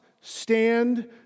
stand